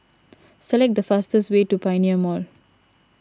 select the fastest way to Pioneer Mall